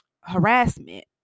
harassment